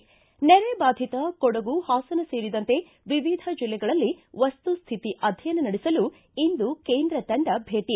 ಿ ನೆರೆಬಾಧಿತ ಕೊಡಗು ಹಾಸನ ಸೇರಿದಂತೆ ವಿವಿಧ ಜಿಲ್ಲೆಗಳಲ್ಲಿ ವಸ್ತುಸ್ತಿತಿ ಅಧ್ಯಯನ ನಡೆಸಲು ಇಂದು ಕೇಂದ್ರ ತಂಡ ಭೇಟಿ